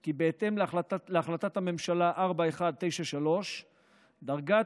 כי בהתאם להחלטת הממשלה מס' 4193 דרגת